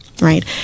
Right